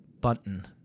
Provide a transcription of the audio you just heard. Button